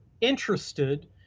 interested